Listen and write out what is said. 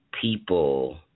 people